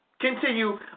Continue